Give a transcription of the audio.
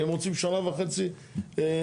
הם רוצים שנה וחצי הוראת,